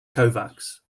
kovacs